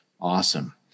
Awesome